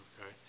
Okay